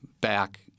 back